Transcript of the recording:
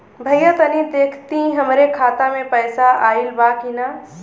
भईया तनि देखती हमरे खाता मे पैसा आईल बा की ना?